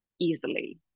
easily